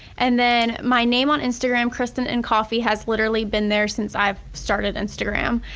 and then my name on instagram kristinncofffey has literally been there since i've started instagram.